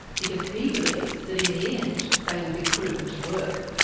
because he believes that in the end they will be proven to work.